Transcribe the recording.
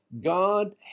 God